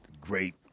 Great